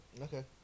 Okay